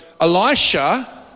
Elisha